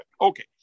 Okay